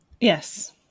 Yes